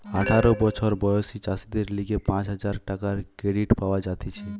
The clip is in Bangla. আঠারো বছর বয়সী চাষীদের লিগে পাঁচ হাজার টাকার ক্রেডিট পাওয়া যাতিছে